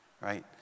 right